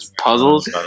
Puzzles